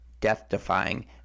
death-defying